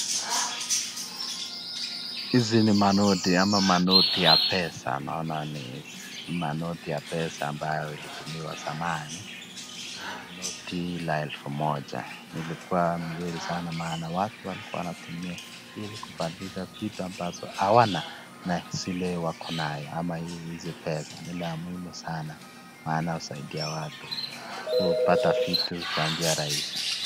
Hizi ni manoti ama manoti ya pesa, naona ni manoti ya pesa ambayo ilitumika zamani. Noti la elfu moja ilikuwa mzuri sana maana watu walikuwa wanatumia ili kubadilisha vitu ambazoo hawana na zile wako nayo, ama hizi pesa ni la muhimu sana maana hjusaidia watu kupata vitu kwa njia rahisi.